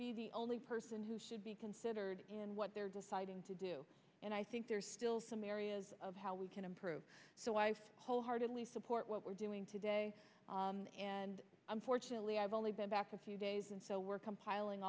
be the only person who should be considered and what they're fighting to do and i think there's still some areas of how we can improve so i wholeheartedly support what we're doing today and unfortunately i've only been back for a few days and so we're compiling